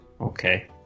Okay